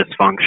dysfunction